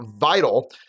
vital